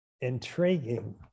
intriguing